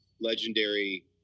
legendary